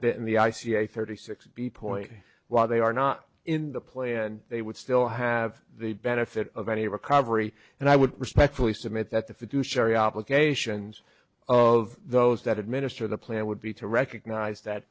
bit in the i c a thirty six b point while they are not in the play and they would still have the benefit of any recovery and i would respectfully submit that the fiduciary obligations of those that administer the plan would be to recognize that